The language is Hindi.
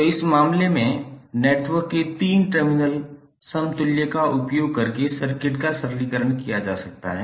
तो इन मामलों में नेटवर्क के 3 टर्मिनल समतुल्य का उपयोग करके सर्किट का सरलीकरण किया जा सकता है